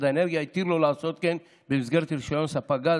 האנרגיה התיר לו לעשות כן במסגרת רישיון ספק הגז,